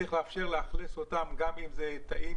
צריך לאפשר לאכלס אותם גם אם אלה תאים.